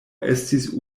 estis